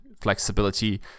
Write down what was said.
flexibility